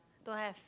don't have